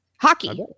Hockey